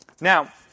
Now